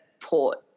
Port